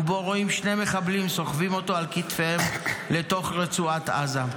ובו רואים שני מחבלים סוחבים אותו על כתפיהם לתוך רצועת עזה.